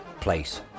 place